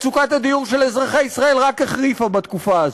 מצוקת הדיור של אזרחי ישראל רק החריפה בתקופה הזו.